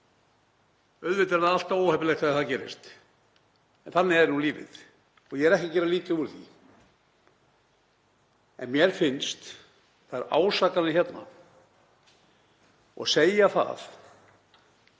Auðvitað er alltaf óheppilegt þegar það gerist en þannig er nú lífið. Ég er ekki að gera lítið úr því en mér finnst þær ásakanir hérna, að segja að